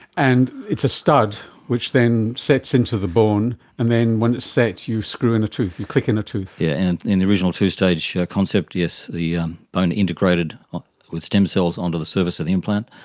and it's a stud which then sets into the bone and then when it sets you screw in a tooth, you click in a tooth. yes, yeah and in the original two-stage concept, yes, the um bone integrated with stem cells onto the surface of the implant,